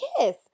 kiss